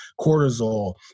cortisol